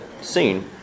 scene